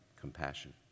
compassion